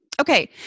Okay